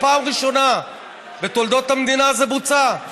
פעם ראשונה בתולדות המדינה זה בוצע.